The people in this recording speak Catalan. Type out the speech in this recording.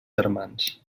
germans